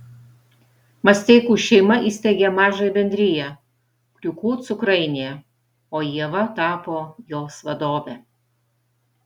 masteikų šeima įsteigė mažąją bendriją kriūkų cukrainė o ieva tapo jos vadove